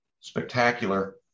spectacular